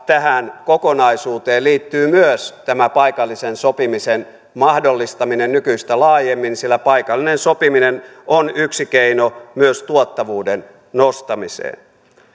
tähän kokonaisuuteen liittyy myös tämä paikallisen sopimisen mahdollistaminen nykyistä laajemmin sillä paikallinen sopiminen on yksi keino myös tuottavuuden nostamiseen